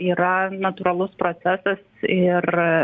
yra natūralus procesas ir